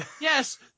Yes